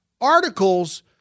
articles